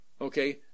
Okay